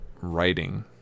writing